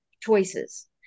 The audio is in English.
choices